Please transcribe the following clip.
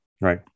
Right